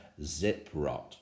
Ziprot